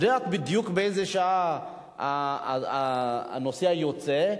היא יודעת בדיוק באיזו שעה הנוסע יוצא,